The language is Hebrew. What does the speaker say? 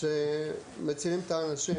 שמצילות את האנשים,